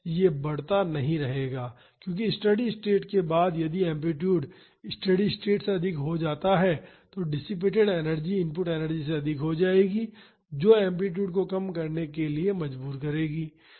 यह बढ़ता नहीं रहेगा क्योंकि स्टेडी स्टेट के बाद यदि एम्पलीटूड स्टेडी स्टेट से अधिक हो जाता है तो डिसिपेटड एनर्जी इनपुट एनर्जी से अधिक हो जाएगी जो एम्पलीटूड को कम करने के लिए मजबूर करेगी